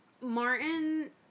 Martin